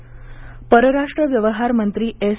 जयशंकर परराष्ट्र व्यवहार मंत्री एस